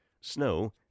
snow